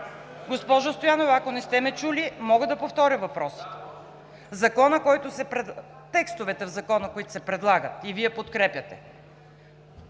Госпожо Стоянова, ако не сте ме чули, мога да повтаря въпросите. Текстовете в Закона, които се предлагат и Вие подкрепяте,